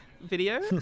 video